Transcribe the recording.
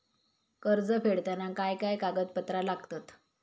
कर्ज फेडताना काय काय कागदपत्रा लागतात?